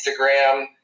Instagram